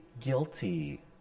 Guilty